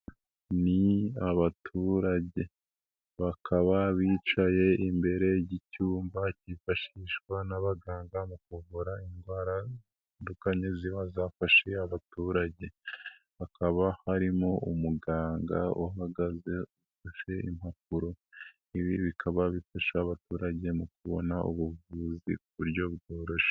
Ni abaturage, bakaba bicaye imbere y'icyumba cyifashishwa n'abaganga mu kuvura indwara zitandukanye ziba zafashe abaturage, hakaba harimo umuganga uhagaze ufashe impapuro, ibi bikaba bifasha abaturage mu kubona ubuvuzi kuburyo bworoshye.